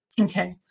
Okay